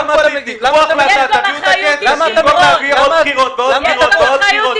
במקום להביא עוד בחירות ועוד בחירות ועוד בחירות